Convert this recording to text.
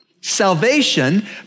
salvation